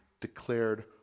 declared